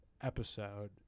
episode